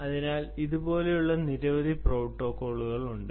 അതിനാൽ അതുപോലെയുള്ള നിരവധി പ്രോട്ടോക്കോളുകൾ ഉണ്ട്